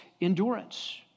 endurance